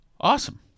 Awesome